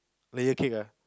layered cake ah